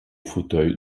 fauteuil